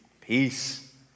peace